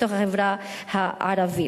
בתוך החברה הערבית.